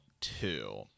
two